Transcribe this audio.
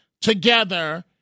together